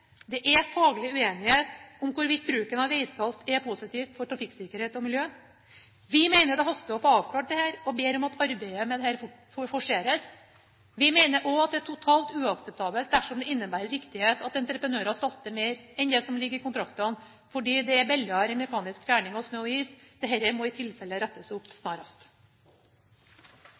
Det er faglig uenighet om hvorvidt bruken av veisalt er positivt for trafikksikkerhet og miljø. Vi mener det haster å få avklart dette, og ber om at arbeidet med dette forseres. Vi mener også at det er totalt uakseptabelt dersom det innebærer riktighet at entreprenører salter mer enn det som ligger i kontraktene fordi dette er billigere enn mekanisk fjerning av snø og is. Dette må i tilfelle rettes opp snarest.